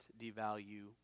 devalue